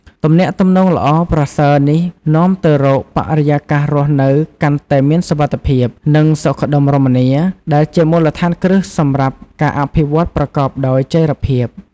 ទំនាក់ទំនងល្អប្រសើរនេះនាំទៅរក បរិយាកាសរស់នៅកាន់តែមានសុវត្ថិភាព និងសុខដុមរមនា ដែលជាមូលដ្ឋានគ្រឹះសម្រាប់ការអភិវឌ្ឍប្រកបដោយចីរភាព។